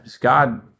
God